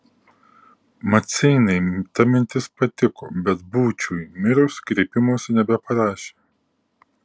maceinai ta mintis patiko bet būčiui mirus kreipimosi nebeparašė